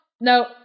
no